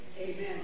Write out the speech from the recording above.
Amen